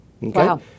Wow